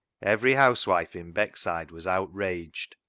every housewife in beck side was outraged,